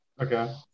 Okay